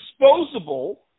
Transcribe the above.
disposable